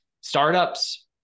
Startups